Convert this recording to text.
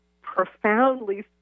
profoundly